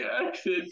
exit